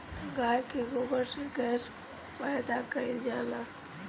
गाय के गोबर से गैस पैदा कइल जाला